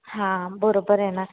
हां बरोबर आहे ना